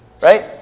right